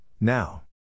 now